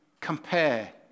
compare